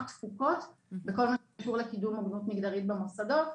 תפוקות בכל מה שקשור לקידום הוגנות מגדרית במוסדות.